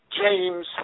James